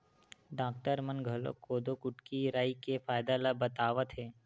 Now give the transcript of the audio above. doctor मन घलोक कोदो, कुटकी, राई के फायदा ल बतावत हे